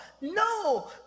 No